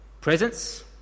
presence